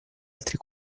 altri